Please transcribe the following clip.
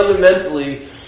fundamentally